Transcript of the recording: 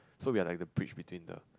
so we are like the bridge between the